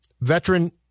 veteran